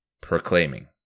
proclaiming